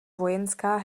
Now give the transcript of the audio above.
vojenská